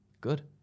Good